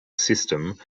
system